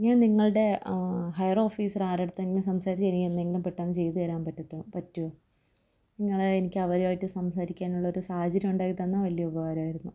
ഞാൻ നിങ്ങളുടെ higher officer ആരെടത്തെങ്കിലും സംസാരിച്ച് എനിക്ക് എന്തെങ്കിലും പെട്ടെന്ന് ചെയ്ത് തരാൻ പറ്റുമോ നിങ്ങള് എനിക്ക് അവരുമായിട്ട് സംസാരിക്കാനുള്ളൊരു സാഹചര്യമുണ്ടാക്കിത്തന്നാല് വലിയ ഉപകാരമായിരുന്നു